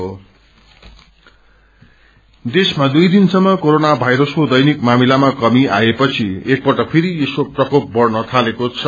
Covid Bharat देशमा दुङ्ग दिनसम्म कोरोना भाइरसको दैनिक मामिलामा कमी आएपछि एकपल्ट फेरि यसको प्रकोप बढ़न थालेको छ